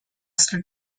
first